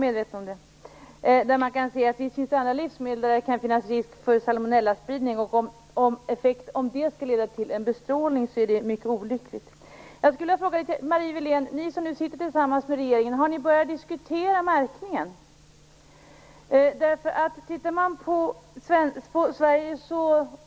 Fru talman! Jag är medveten om det. Visst finns det andra livsmedel där det kan finnas risk för salmonellaspridning, och om det skulle leda till bestrålning vore det mycket olyckligt. Jag skulle vilja fråga Marie Wilén: Ni som sitter tillsammans med regeringen - har ni börjat diskutera märkningen?